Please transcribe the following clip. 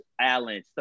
Allen